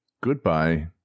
Goodbye